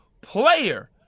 player